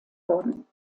worden